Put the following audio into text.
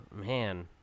Man